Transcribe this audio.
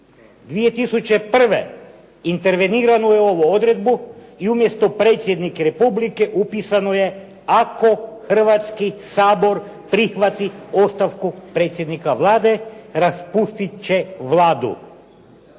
2001. intervenirano je u ovu odredbu i umjesto predsjednik Republike upisano je ako Hrvatski sabor prihvati ostavku predsjednika Vlade, raspustit će Vladu.